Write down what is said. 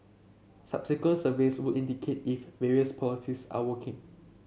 subsequent surveys would indicate if various polities are working